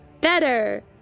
better